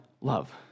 love